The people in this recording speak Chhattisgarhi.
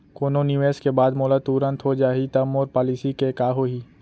कोनो निवेश के बाद मोला तुरंत हो जाही ता मोर पॉलिसी के का होही?